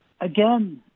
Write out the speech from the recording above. Again